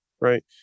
right